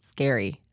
Scary